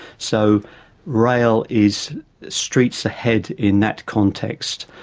so rail is streets ahead in that context.